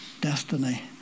destiny